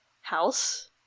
house